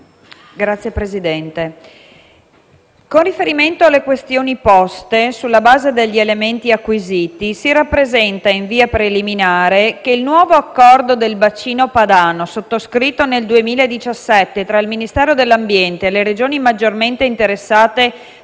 Signor Presidente, con riferimento alle questioni poste sulla base degli elementi acquisiti, si rappresenta in via preliminare che il nuovo accordo del bacino padano, sottoscritto nel 2017 tra il Ministero dell'ambiente e le Regioni maggiormente interessate